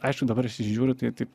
aišku dabar aš į jį žiūriu tai taip